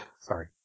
Sorry